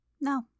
No